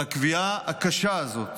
על הקביעה הקשה הזאת